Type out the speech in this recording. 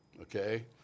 okay